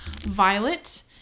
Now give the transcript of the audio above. Violet